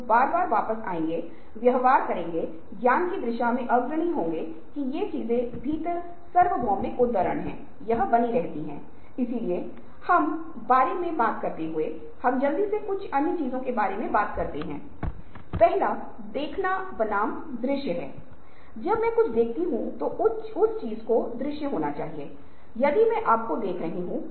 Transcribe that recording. एक संभव समाधान यह है कि वहां अनुपस्थिति है क्योंकि लोग अत्यधिक गर्मी की स्थिति में काम कर रहे हैं जिससे उनके शरीर को कुछ समस्या हो रही है